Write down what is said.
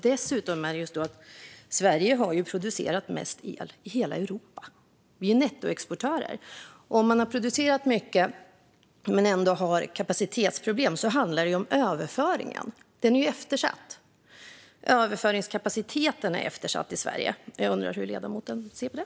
Dessutom har Sverige producerat mest el i hela Europa. Vi är nettoexportörer. Om man har producerat mycket men ändå har kapacitetsproblem handlar det om överföringen. Överföringskapaciteten är eftersatt i Sverige. Jag undrar hur ledamoten ser på det.